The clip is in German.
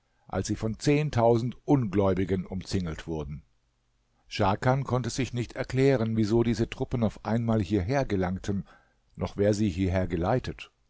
als sie von zehntausend ungläubigen umzingelt wurden scharkan konnte sich nicht erklären wieso diese truppen auf einmal hierher gelangten noch wer sie hierher geleitet